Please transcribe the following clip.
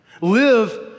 Live